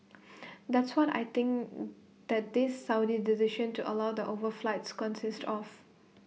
that's what I think that this Saudi decision to allow the overflights consists of